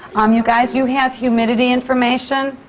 um you guys, you have humidity information.